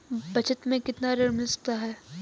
बचत मैं कितना ऋण मिल सकता है?